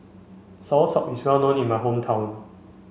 Soursop is well known in my hometown